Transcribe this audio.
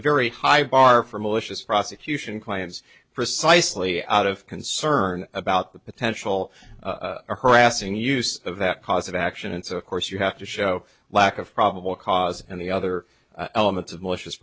very high bar for malicious prosecution clients precisely out of concern about the potential or harassing use of that cause of action and so of course you have to show lack of probable cause and the other elements